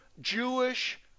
Jewish